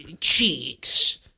cheeks